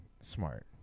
smart